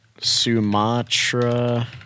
Sumatra